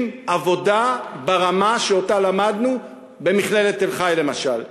עבודה ברמה שלמדנו במכללת תל-חי למשל.